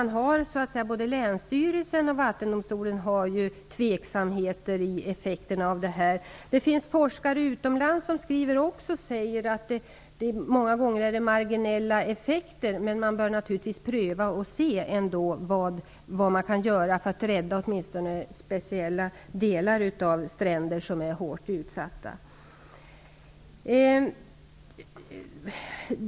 Både Länsstyrelsen och Vattendomstolen är ju tveksamma till en del effekter av detta. Det finns också forskare utomlands som säger att det många gånger handlar om marginella effekter men att man naturligtvis ändå bör pröva och se vad som kan göras för att åtminstone rädda speciella delar av stränder som är hårt utsatta.